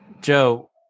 Joe